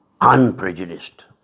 unprejudiced